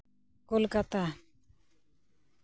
Kolkata